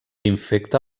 infecta